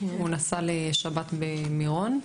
הוא נסע לשבת במירון.